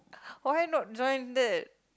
why not join that